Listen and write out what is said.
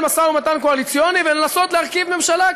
משא-ומתן קואליציוני ולנסות להרכיב ממשלה,